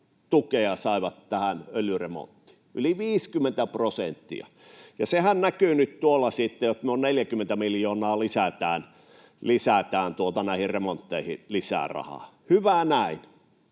tukea saivat tähän öljyremonttiin, yli 50 prosenttia. Ja sehän näkyy nyt tuolla sitten, että noin 40 miljoonaa lisätään näihin remontteihin lisää rahaa. Hyvä näin.